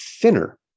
thinner